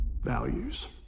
Values